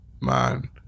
Man